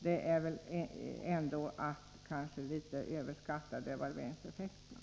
Det är väl ändå att något överskatta devalveringseffekterna.